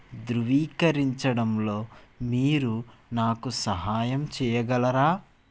ధృవీకరించడంలో మీరు నాకు సహాయం చేయగలరా